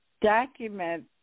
document